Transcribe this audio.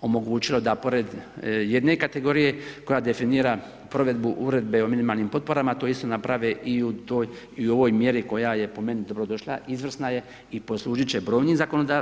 omogućilo da pored jedne kategorije koja definira provedbu Uredbe o minimalnim potporama to isto naprave i u ovoj mjeri koja je po meni dobro došla, izvrsna je i poslužiti će